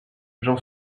j’en